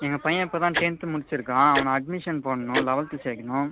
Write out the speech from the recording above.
எங்கள் பையன் இப்போதுதான் டென்த் முடித்திருக்கான் அவனை அட்மிஷன் போடணும் லெவன்த் சேர்க்கணும்